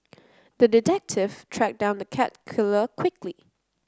the detective tracked down the cat killer quickly